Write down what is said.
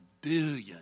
billion